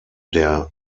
der